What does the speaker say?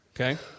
Okay